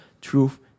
truth